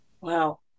wow